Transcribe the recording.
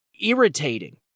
irritating